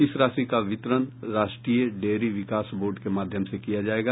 इस राशि का वितरण राष्ट्रीय डेयरी विकास बोर्ड के माध्यम से किया जायेगा